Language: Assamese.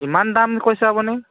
ইমান দাম কৈছে আপুনি